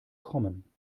kommen